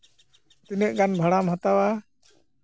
ᱛᱤᱱᱟᱹᱜ ᱜᱟᱱ ᱵᱷᱟᱲᱟᱢ ᱦᱟᱛᱟᱣᱟ